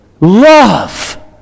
love